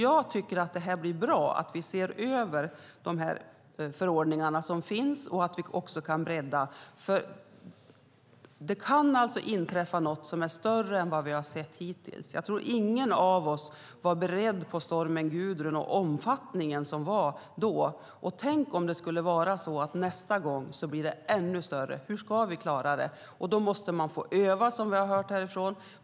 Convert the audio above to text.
Jag tycker att det blir bra att vi ser över de förordningar som finns och att vi också kan bredda, för det kan alltså inträffa något som är större än vad vi har sett hittills. Jag tror inte att någon av oss var beredd på stormen Gudrun och omfattningen som var då. Tänk om det blir ännu större nästa gång! Hur ska vi klara det? Då måste man få öva, vilket vi har hört härifrån.